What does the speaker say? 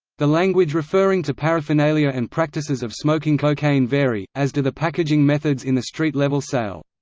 the language referring to paraphernalia and practices of smoking cocaine vary, as do the packaging methods in the street level sale.